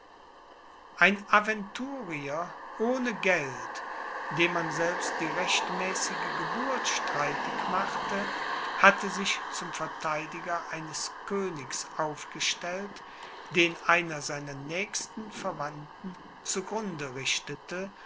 ein aventurier ohne geld dem man selbst die rechtmäßige geburt streitig machte hatte sich zum vertheidiger eines königs aufgestellt den einer seiner nächsten verwandten zu grunde richtete